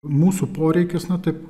mūsų poreikis na taip